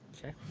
Okay